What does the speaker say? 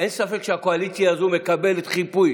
אין ספק שהקואליציה הזו מקבלת חיפוי